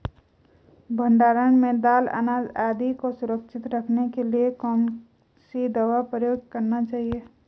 भण्डारण में दाल अनाज आदि को सुरक्षित रखने के लिए कौन सी दवा प्रयोग करनी चाहिए?